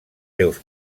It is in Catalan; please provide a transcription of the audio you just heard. seus